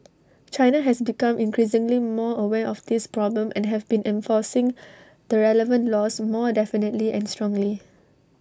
China has become increasingly more aware of this problem and have been enforcing the relevant laws more definitely and strongly